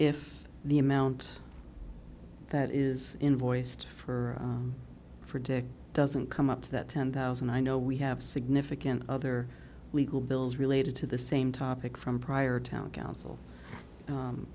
if the amount that is invoiced for for dick doesn't come up that ten thousand i know we have significant other legal bills related to the same topic from prior town council